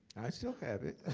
i still have it.